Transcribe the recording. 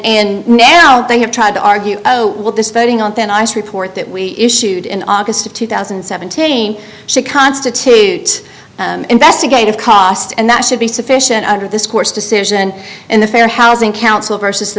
and now they have tried to argue look this voting on thin ice report that we issued in august of two thousand and seventeen should constitute investigative cost and that should be sufficient under this court's decision in the fair housing council versus the